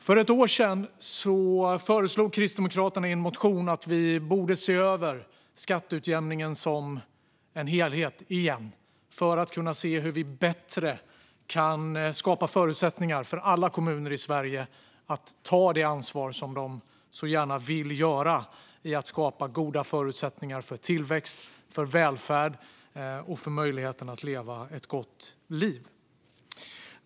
För ett år sedan föreslog Kristdemokraterna i en motion att vi skulle se över skatteutjämningen som helhet igen för att se hur vi kunde underlätta för alla kommuner i Sverige att ta det ansvar som de så gärna vill ta för att skapa goda förutsättningar för tillväxt, välfärd och möjligheten att leva ett gott liv.